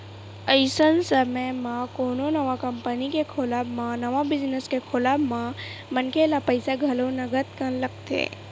अइसन समे म कोनो नवा कंपनी के खोलब म नवा बिजनेस के खोलब म मनखे ल पइसा घलो नंगत कन लगथे